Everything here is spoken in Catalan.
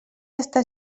està